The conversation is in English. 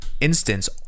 instance